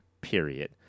period